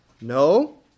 No